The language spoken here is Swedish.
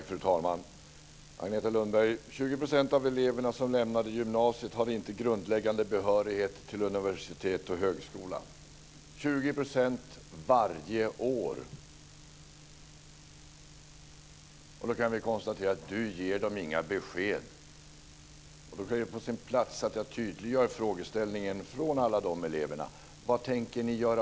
Fru talman! 20 % av eleverna som lämnar gymnasiet har inte grundläggande behörighet till universitet och högskola, Agneta Lundberg. Det är 20 % varje år! Vi kan konstatera att Agneta Lundberg inte ger dem några besked. Det kan vara på sin plats att jag tydliggör frågan från alla de eleverna: Vad tänker ni göra?